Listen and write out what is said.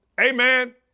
Amen